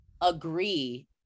agree